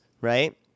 right